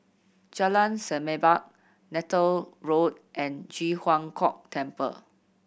Jalan Semerbak Neythal Road and Ji Huang Kok Temple